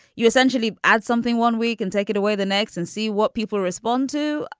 you essentially add something one week and take it away the next and see what people respond to.